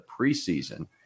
preseason